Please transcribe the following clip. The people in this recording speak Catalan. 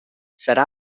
serà